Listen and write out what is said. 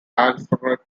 alfred